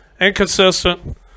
inconsistent